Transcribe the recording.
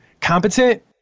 competent